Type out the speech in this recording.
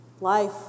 life